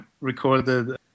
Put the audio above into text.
recorded